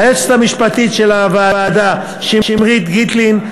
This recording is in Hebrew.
ליועצת המשפטית של הוועדה שמרית גיטלין,